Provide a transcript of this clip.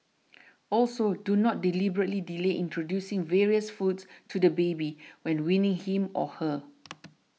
also do not deliberately delay introducing various foods to the baby when weaning him or her